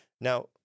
Now